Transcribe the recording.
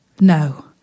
No